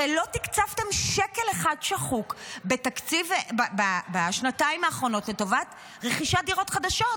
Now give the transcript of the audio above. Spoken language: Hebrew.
הרי לא תקצבתם שקל אחד שחוק בשנתיים האחרונות לטובת רכישת דירות חדשות.